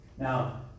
Now